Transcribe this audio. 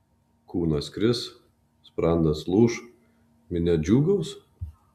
kūnas kris sprandas lūš minia džiūgaus